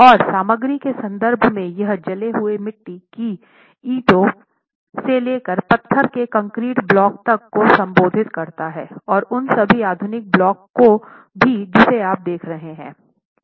और सामग्री के संदर्भ में यह जले हुए मिट्टी की ईंटों से लेकर पत्थर के कंक्रीट ब्लॉक तक को संबोधित करता है और उन सभी आधुनिक ब्लॉक को भी जिसे आप देख रहे हैं